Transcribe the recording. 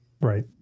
Right